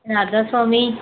Radhaswami